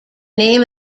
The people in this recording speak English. name